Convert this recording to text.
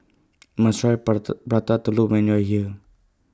must Try Prata Telur when YOU Are here